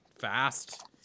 fast